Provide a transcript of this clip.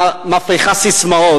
מפריחה ססמאות.